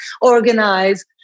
organize